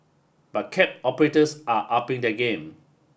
but cab operators are upping their game